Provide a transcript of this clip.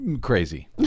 Crazy